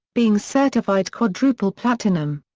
being certified quadruple platinum.